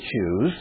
choose